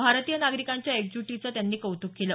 भारतीय नागरिकांच्या एकजूटीचं त्यांनी कौत्क केलं